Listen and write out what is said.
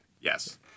Yes